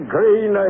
Green